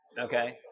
Okay